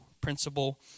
principle